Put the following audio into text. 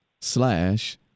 slash